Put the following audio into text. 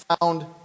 found